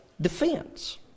defense